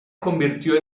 convirtió